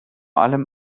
allem